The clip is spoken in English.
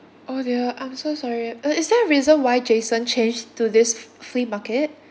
oh dear I'm so sorry uh is there a reason why jason change to this f~ flea market